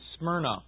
Smyrna